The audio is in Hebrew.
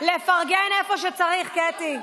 לפרגן איפה שצריך, קטי.